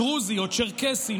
דרוזי או צ'רקסי,